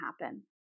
happen